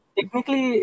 Technically